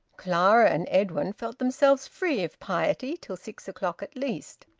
clara and edwin felt themselves free of piety till six o'clock at least,